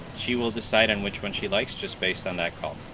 she will decide on which one she likes just based on that call.